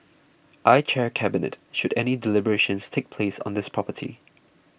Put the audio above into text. I chair Cabinet should any deliberations take place on this property